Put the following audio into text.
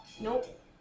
Nope